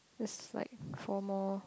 just like chromo